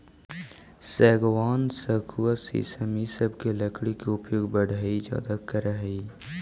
सागवान, सखुआ शीशम इ सब के लकड़ी के प्रयोग बढ़ई ज्यादा करऽ हई